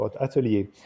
Atelier